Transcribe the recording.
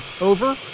over